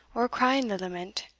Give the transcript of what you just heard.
or crying the lament.